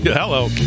Hello